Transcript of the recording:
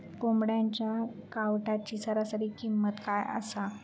कोंबड्यांच्या कावटाची सरासरी किंमत काय असा?